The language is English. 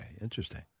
Interesting